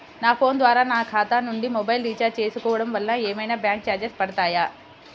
నా ఫోన్ ద్వారా నా ఖాతా నుండి మొబైల్ రీఛార్జ్ చేసుకోవటం వలన ఏమైనా బ్యాంకు చార్జెస్ పడతాయా?